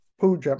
puja